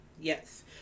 Yes